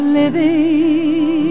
living